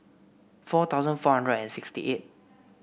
four thousand four and sixty eight